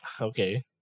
Okay